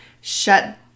shut